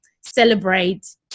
celebrate